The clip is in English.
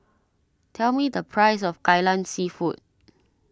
tell me the price of Kai Lan Seafood